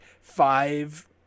five